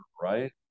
right